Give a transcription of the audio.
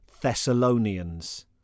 Thessalonians